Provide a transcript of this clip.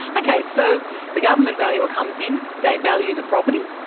ok, so the government valuer comes in, they value the property,